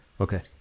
Okay